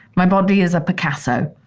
my body is a picasso,